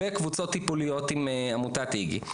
וקבוצות טיפוליות עם עמותת איגי.